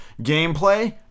gameplay